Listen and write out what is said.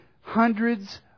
hundreds